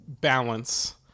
balance